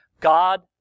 God